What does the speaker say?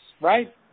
Right